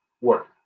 work